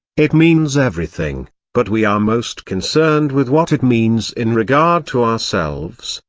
it means everything but we are most concerned with what it means in regard to ourselves,